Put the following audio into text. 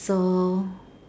so